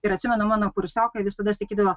ir atsimenu mano kursiokai visada sakydavo